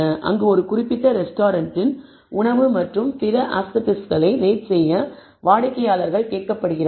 அங்கு ஒரு குறிப்பிட்ட ரெஸ்டாரன்ட்டின் உணவு மற்றும் பிற அஸ்த்தெடிக்ஸ் களை ரேட் செய்ய வாடிக்கையாளர்கள் கேட்கப்படுகிறார்கள்